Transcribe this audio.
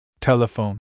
Telephone